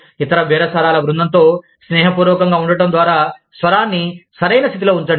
ఇతర బేరసారాల బృందంతో స్నేహపూర్వకంగా ఉండటం ద్వారా స్వరాన్ని సరైన స్థితిలో వుంచండి